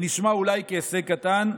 אולי זה נשמע כהישג קטן,